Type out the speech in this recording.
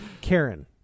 Karen